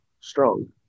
strong